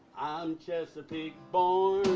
i'm chesapeake born